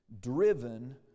driven